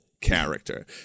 character